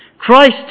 Christ